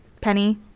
penny